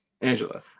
Angela